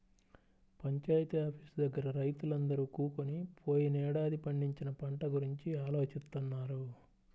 panchayat office దగ్గర రైతులందరూ కూకొని పోయినేడాది పండించిన పంట గురించి ఆలోచిత్తన్నారు